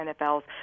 NFL's